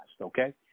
okay